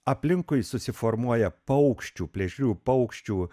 aplinkui susiformuoja paukščių plėšrių paukščių